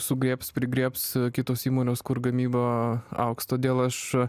sugriebs prigriebs kitos įmonės kur gamyba augs todėl aš